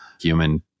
human